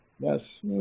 Yes